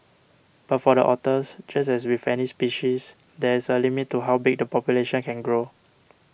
but for the otters just as with any species there is a limit to how big the population can grow